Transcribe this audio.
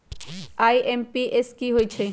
IMPS की होईछइ?